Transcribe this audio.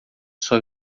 sua